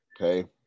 okay